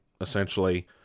essentially